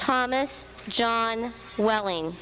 thomas john welling